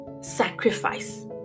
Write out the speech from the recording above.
sacrifice